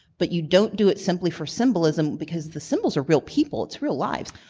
but you don't do it simply for symbolism because the symbols are real people, it's real lives.